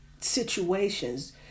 situations